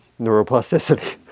neuroplasticity